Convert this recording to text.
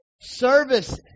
Service